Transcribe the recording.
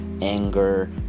anger